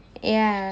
ya